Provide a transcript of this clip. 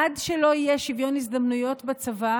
עד שלא יהיה שוויון הזדמנויות בצבא